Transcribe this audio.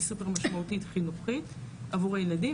שהיא סופר משמעותית חינוכית עבור הילדים,